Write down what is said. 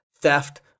theft